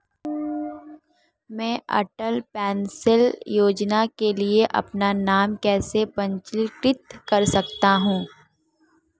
मैं अटल पेंशन योजना के लिए अपना नाम कैसे पंजीकृत कर सकता हूं?